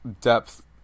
depth